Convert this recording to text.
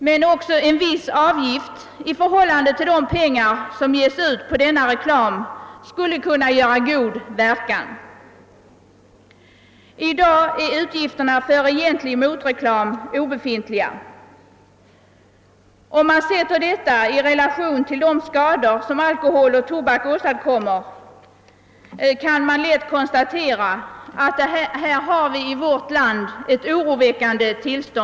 Men också en viss avgift i förhållande till de pengar som ges ut på den aktuella reklamen skulle kunna göra god nytta. I dag är utgifterna för egentlig motreklam obefintliga. Om man sätter detta förhållande i relation till de skador som alkohol och tobak åstadkommer kan man lätt konstatera att tillståndet i vårt land är oroväckande.